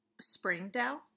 Springdale